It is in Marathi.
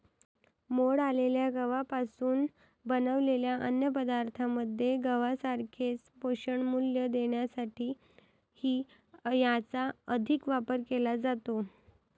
मोड आलेल्या गव्हापासून बनवलेल्या अन्नपदार्थांमध्ये गव्हासारखेच पोषणमूल्य देण्यासाठीही याचा अधिक वापर केला जातो